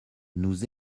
nous